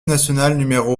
nationale